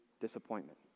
disappointment